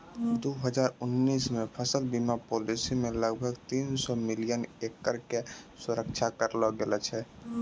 दू हजार उन्नीस मे फसल बीमा पॉलिसी से लगभग तीन सौ मिलियन एकड़ के सुरक्षा करलो गेलौ छलै